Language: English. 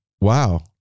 wow